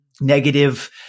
negative